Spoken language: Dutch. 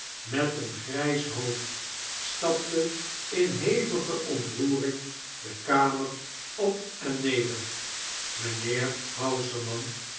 met een grys'hoofd stapte in hevige ontroering de kamer op en neder mijnheer